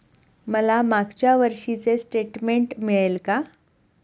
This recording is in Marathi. मला मागच्या वर्षीचे स्टेटमेंट मिळेल का?